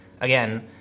again